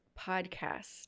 Podcast